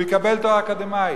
הוא יקבל תואר אקדמי,